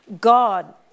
God